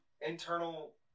internal